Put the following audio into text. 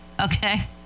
okay